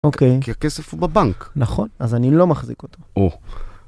אוקיי. כי הכסף הוא בבנק. נכון. אז אני לא מחזיק אותו. או.